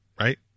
right